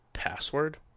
Password